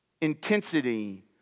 intensity